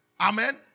Amen